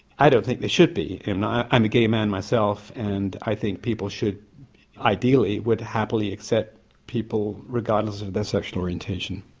i don't think they should be, and i'm a gay man myself and i think people should ideally would happily accept people regardless of their sexual orientation.